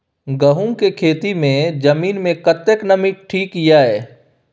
गहूम के खेती मे जमीन मे कतेक नमी ठीक ये?